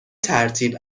ترتیب